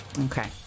Okay